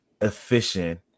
efficient